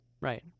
Right